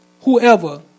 whoever